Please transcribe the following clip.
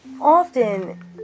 often